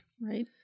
Right